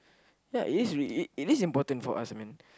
that is really it is important for us I mean